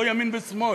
לא ימין ושמאל,